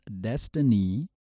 destiny